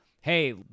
hey